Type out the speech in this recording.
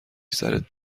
سرت